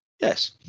Yes